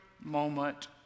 moment